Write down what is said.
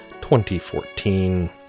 2014